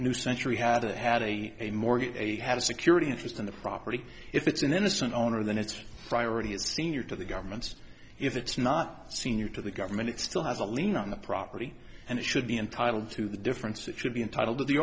new century had it had a a mortgage a had a security interest in the property if it's an innocent owner then it's priority is senior to the government if it's not senior to the government it still has a lien on the property and it should be entitled to the difference it should be entitled to the